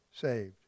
Saved